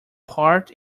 part